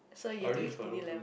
I already have my own room